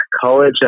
College